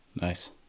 Nice